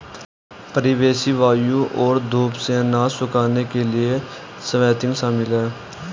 परिवेशी वायु और धूप से अनाज सुखाने के लिए स्वाथिंग शामिल है